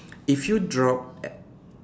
if you drop e~